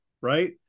Right